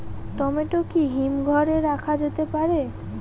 Tomato কি হিমঘর এ রাখা যেতে পারে?